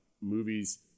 movies